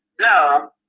no